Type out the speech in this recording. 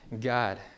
God